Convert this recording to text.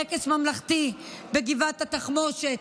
טקס ממלכתי בגבעת התחמושת,